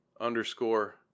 Underscore